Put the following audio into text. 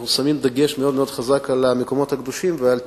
אנחנו שמים דגש מאוד מאוד חזק על המקומות הקדושים ועל טיפוחם.